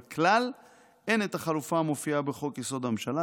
וכלל אין את החלופה המופיעה בחוק-יסוד: הממשלה,